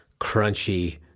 crunchy